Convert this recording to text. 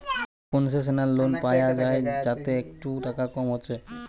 concessional loan পায়া যায় যাতে একটু টাকা কম হচ্ছে